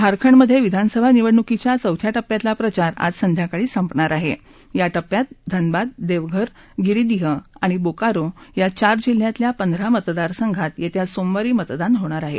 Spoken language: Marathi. झारखंडमधे विधानसभा निवडणूकीच्या चौथ्या टप्प्यातला प्रचार आज संध्याकाळी संपणार आहे या टप्प्यात धनबाद देवघर गिरीदिह आणि बोकारो या चार जिल्ह्यातल्या पंधरा मतदारसंघात येत्या सोमवारी मतदान होणार आहे